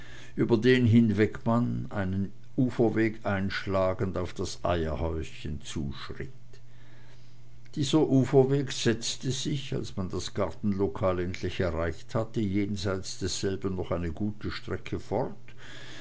über den hinweg man einen uferweg einschlagend auf das eierhäuschen zuschritt dieser uferweg setzte sich als man das gartenlokal endlich erreicht hatte jenseits desselben noch eine gute strecke fort